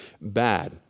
bad